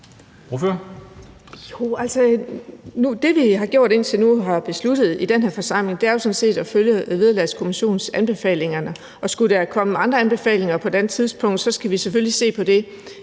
det, vi har gjort indtil nu og har besluttet i den her forsamling, er sådan set at følge Vederlagskommissionens anbefalinger, og skulle der komme andre anbefalinger på et andet tidspunkt, skal vi selvfølgelig se på det.